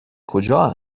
کجا